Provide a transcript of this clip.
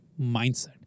mindset